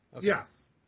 Yes